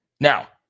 Now